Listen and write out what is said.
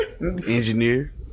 Engineer